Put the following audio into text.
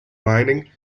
mining